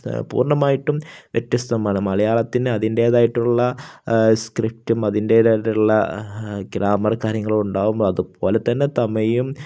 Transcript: പൂർണ്ണമായിട്ടും വ്യത്യസ്തമാണ് മലയാളത്തിന് അതിന്റേതായിട്ടുള്ള സ്ക്രിപ്റ്റും അതിന്റേതായിട്ടുള്ള ഗ്രാമർ കാര്യങ്ങളും ഉണ്ടാവും അതുപോലെ തന്നെ തമിഴും